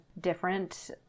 different